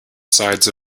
sides